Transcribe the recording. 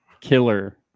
killer